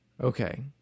okay